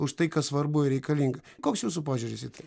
už tai kas svarbu ir reikalinga koks jūsų požiūris į tai